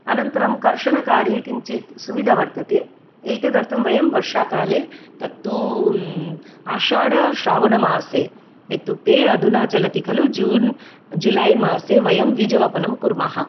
अनन्तरं कर्षणकार्ये किञ्चिद् सुविदा वर्तते एतदर्थं वयं वर्षाकाले तत्तु आषाढ श्रावणमासे इत्युक्ते अधुना चलति खलु जून् जुलै मासे वयं बीजावापनं कुर्मः